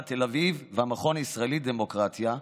תל אביב והמכון הישראלי לדמוקרטיה,